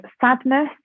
sadness